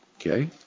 okay